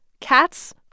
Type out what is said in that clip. Cats